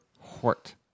Hort